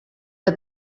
que